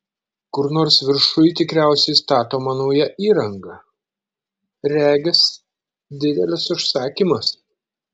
kur nors viršuj tikriausiai statoma nauja įranga regis didelis užsakymas